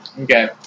Okay